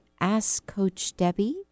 askcoachdebbie